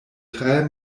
tre